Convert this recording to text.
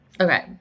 Okay